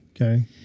Okay